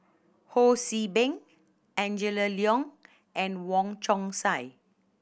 Ho See Beng Angela Liong and Wong Chong Sai